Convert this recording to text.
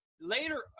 later